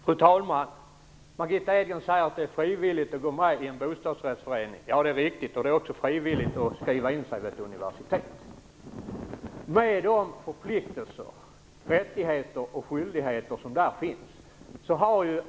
Fru talman! Margitta Edgren säger att det är frivilligt att gå med i en bostadsrättsförening. Det är riktigt. Det är också frivilligt att skriva in sig vid ett universitet, med de förpliktelser, rättigheter och skyldigheter som där finns.